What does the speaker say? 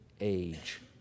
age